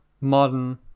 modern